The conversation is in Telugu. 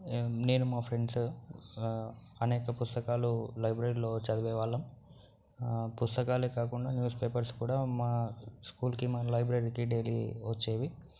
నేను మా ఫ్రెండ్స్ అనేక పుస్తకాలు లైబ్రరీలో చదివే వాళ్ళం పుస్తకాలే కాకుండా న్యూస్ పేపర్స్ కూడా మా స్కూల్కి మా లైబ్రరీ డైలీ వచ్చేవి